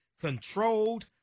Controlled